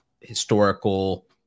historical